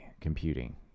computing